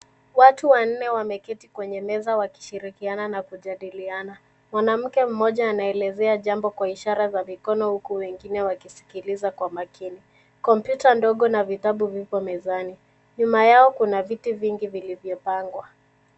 Watu wanne wameketi kwenye meza wakishirikiana na kujadiliana. Mwanamke mmoja anaelezea jambo kwa ishara za mikono huku wengine wakiskiliza kwa makini. Kompyuta ndogo na vitabu vipo mezani. Nyuma yao kuna viti vingi vilivyopangwa.